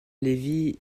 levy